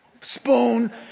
spoon